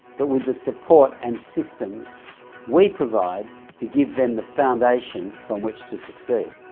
but with the support and systems we provide to give them the foundation from which to succeed.